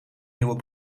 nieuwe